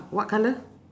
what colour